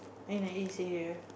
in the east area